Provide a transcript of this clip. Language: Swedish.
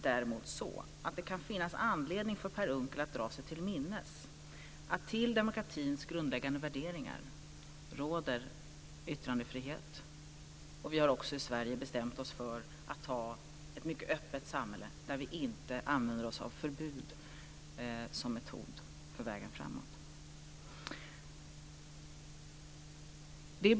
Det kan finnas anledning för Per Unckel att dra sig till minnes att till demokratins grundläggande värderingar hör yttrandefrihet. Vi har också i Sverige bestämt oss för att ha ett mycket öppet samhälle där vi inte använder oss av förbud som ett hot.